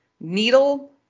needle